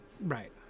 right